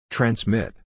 Transmit